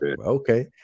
okay